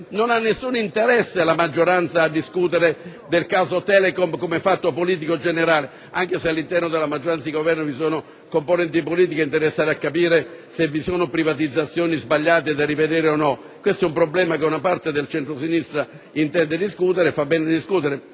non ha nessun interesse a discutere del caso Telecom come fatto politico generale, anche se all'interno della maggioranza di Governo vi sono componenti politiche interessate a capire se vi sono privatizzazioni sbagliate, da rivedere o meno. Questo è un problema che una parte del centro-sinistra intende discutere, e fa bene a